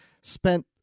spent